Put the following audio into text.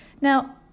Now